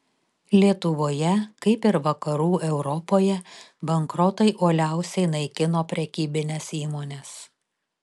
lietuvoje kaip ir vakarų europoje bankrotai uoliausiai naikino prekybines įmones